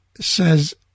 says